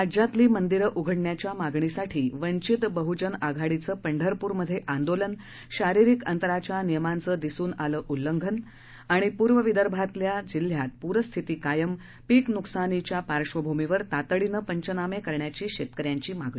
राज्यातली मंदिरं उघडण्याच्या मागणीसाठी वंचित बहुजन आघाडीचं पंढप्रामध्ये आंदोलन शारिरीक अंतराच्या नियमांचं दिसून आलं उल्लंघन पूर्व विदर्भातल्या जिल्ह्यात पूरस्थिती कायम पीकं नुकसानीच्या पार्श्वभूमीवर तातडीनं पंचनामे करण्याची शेतकऱ्यांची मागणी